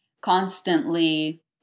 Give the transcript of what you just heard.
constantly